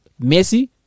Messi